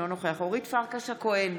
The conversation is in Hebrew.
אינו נוכח אורית פרקש הכהן,